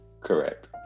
Correct